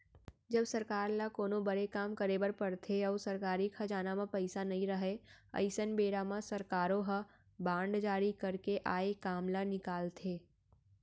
जब सरकार ल कोनो बड़े काम करे बर परथे अउ सरकारी खजाना म पइसा नइ रहय अइसन बेरा म सरकारो ह बांड जारी करके आए काम ल निकालथे